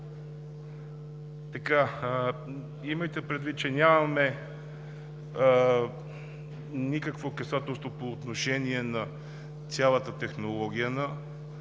Имайте предвид, че нямаме никакво касателство по отношение на цялата технология на